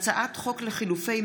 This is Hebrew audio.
הצעת חוק-יסוד: